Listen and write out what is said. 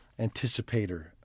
anticipator